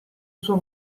suo